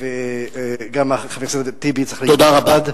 גם חבר הכנסת טיבי צריך, תודה רבה.